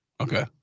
Okay